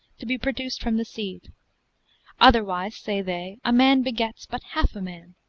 to be produced from the seed otherwise, say they, a man begets but half a man,